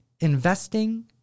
investing